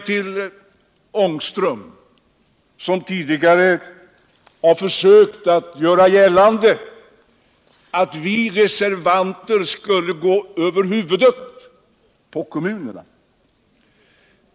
Till Rune Ångström. som tidigare försökt göra gällande att vi reservanter skulle handla över huvudet på kommunerna.